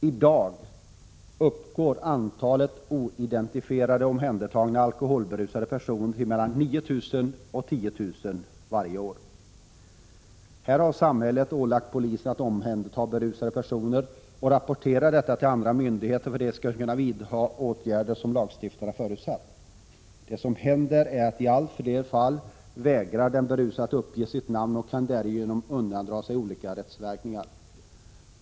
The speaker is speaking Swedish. I dag uppgår antalet oidentifierade, omhändertagna alkoholberusade personer till mellan 9 000 och 10 000 per år. Här har samhället ålagt polisen att omhänderta berusade personer och rapportera detta till andra myndigheter för att de skall kunna vidta de åtgärder som lagstiftarna förutsatt. Det som händer är att i allt fler fall vägrar den berusade att uppge sitt namn och kan därigenom undandra sig olika rättsverkningar.